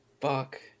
Fuck